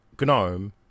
GNOME